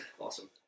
Awesome